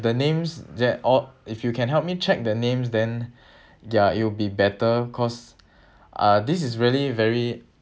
the names that or if you can help me check the names then ya it'll be better cause uh this is really very